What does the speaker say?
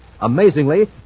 Amazingly